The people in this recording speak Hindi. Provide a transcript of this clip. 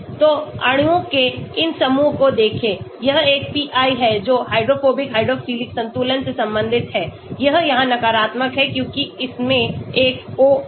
तो अणुओं के इन समूहों को देखें यह एक pi है जो हाइड्रोफोबिक हाइड्रोफिलिक संतुलन से संबंधित है यह यहां नकारात्मक है क्योंकि इसमें एक O है